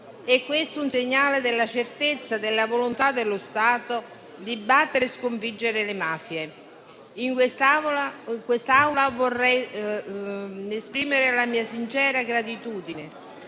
e questo è un segnale della certezza della volontà dello Stato di battere e sconfiggere le mafie. In quest'Aula vorrei esprimere la mia sincera gratitudine,